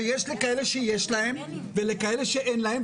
שיש כאלה שיש להם וכאלה שאין להם.